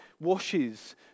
washes